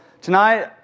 tonight